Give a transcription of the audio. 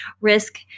risk